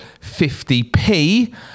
50p